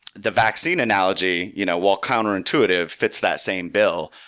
the vaccine analogy, you know while counterintuitive, fits that same bill.